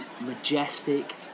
majestic